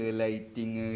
lighting